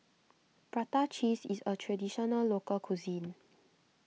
Prata Cheese is a Traditional Local Cuisine